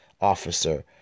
Officer